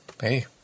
hey